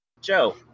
Joe